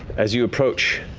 as you approach,